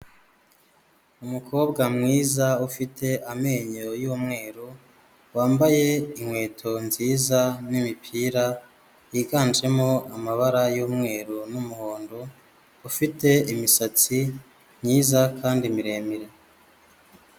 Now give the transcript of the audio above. Umukobwa mwiza, ufite amenyo y'umweru, wambaye inkweto nziza, n'imipira yiganjemo amabara y'umweru n'umuhondo, ufite imisatsi myiza kandi miremire.